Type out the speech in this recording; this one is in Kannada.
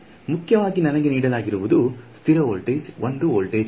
ಮುಖ್ಯವಾಗಿ ನನಗೆ ನೀಡಲಾಗಿರುವುದು ಸ್ಥಿರ ವೋಲ್ಟೇಜ್ 1 ವೋಲ್ಟ್ ಆಗಿದೆ